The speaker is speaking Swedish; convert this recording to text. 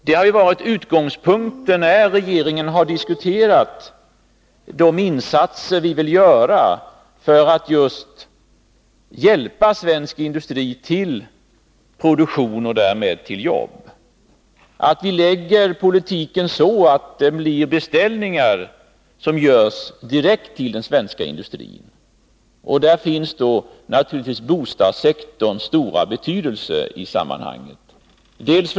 Det har varit utgångspunkten när regeringen har diskuterat de insatser vi vill göra för att just hjälpa svensk industri till produktion och därmed till jobb. Vi lägger politiken så att det blir beställningar som görs direkt till den svenska industrin. Bostadssektorn har naturligtvis stor betydelse i sammanhanget.